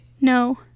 no